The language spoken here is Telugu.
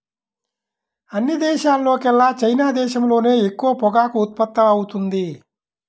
అన్ని దేశాల్లోకెల్లా చైనా దేశంలోనే ఎక్కువ పొగాకు ఉత్పత్తవుతుంది